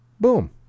Boom